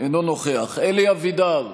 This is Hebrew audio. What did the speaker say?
אינו נוכח אלי אבידר,